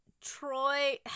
Troy